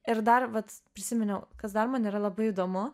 ir dar vat prisiminiau kas dar man yra labai įdomu